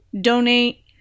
donate